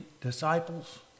disciples